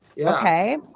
okay